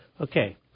Okay